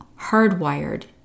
hardwired